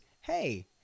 hey